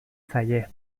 zaie